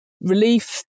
relief